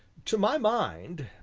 to my mind,